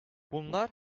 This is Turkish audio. bunlar